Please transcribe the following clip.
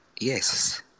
Yes